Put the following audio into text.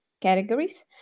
categories